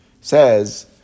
Says